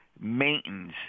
maintenance